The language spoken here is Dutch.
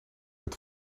het